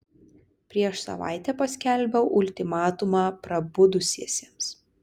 prieš savaitę paskelbiau ultimatumą prabudusiesiems